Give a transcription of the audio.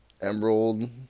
emerald